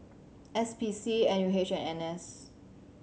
S P C N U H and N S